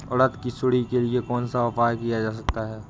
उड़द की सुंडी के लिए कौन सा उपाय किया जा सकता है?